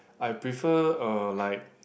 I prefer uh like